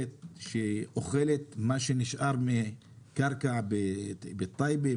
שאוכלת את מה שנשאר מהקרקע בטייבה,